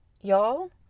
Y'all